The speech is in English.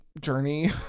journey